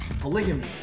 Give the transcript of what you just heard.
Polygamy